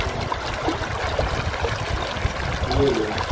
ہاں جی جی